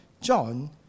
John